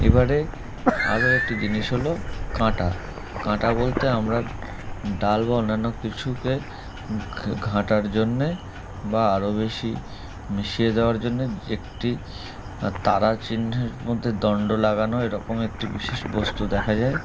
এবারে আরও একটি জিনিস হল কাঁটা কাঁটা বলতে আমরা ডাল বা অন্যান্য কিছুকে ঘাঁটার জন্যে বা আরও বেশি মিশিয়ে দেওয়ার জন্যে একটি তারা চিহ্নের মধ্যে দন্ড লাগানো এরকম একটি বিশেষ বস্তু দেখা যায়